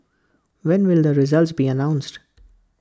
when will the results be announced